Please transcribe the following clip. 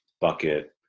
bucket